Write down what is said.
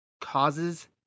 causes